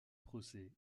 procès